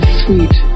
sweet